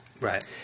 Right